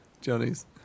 Johnny's